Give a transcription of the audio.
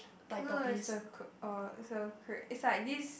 no no it's a c~ uh it's a cra~ it's like this